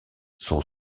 son